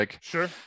Sure